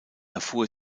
erfuhr